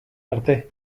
arte